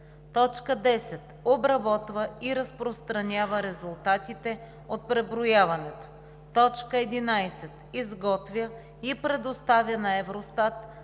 т. 6; 10. обработва и разпространява резултатите от преброяването; 11. изготвя и предоставя на Евростат